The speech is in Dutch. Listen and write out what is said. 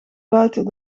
buiten